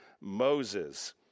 Moses